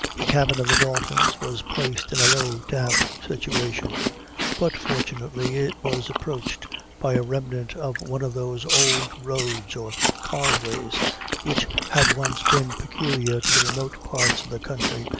the cabin of the daltons was placed in a low, damp situation but fortunately it was approached by a remnant of one of those old roads or causeways which had once been peculiar to the remote parts of the country,